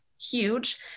huge